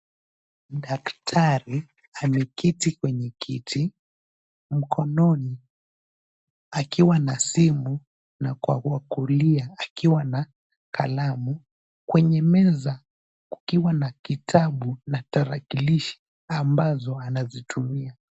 Daktari ameketi kwenye kiti, mkononi akiwa na simu na kwa wa kullia akiwa na kalamu, kwenye meza kukiwa na kitabu na tarakilishi ambazo anazitumia.